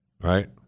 Right